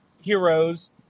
heroes